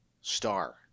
star